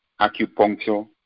acupuncture